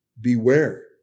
beware